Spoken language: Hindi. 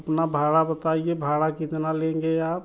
अपना भाड़ा बताइए भाड़ा कितना लेंगे आप